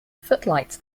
footlights